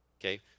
okay